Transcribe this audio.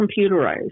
computerized